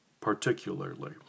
particularly